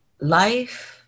life